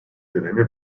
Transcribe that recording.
dönemi